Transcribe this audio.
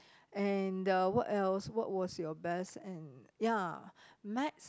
and the what else what was your best and ya Maths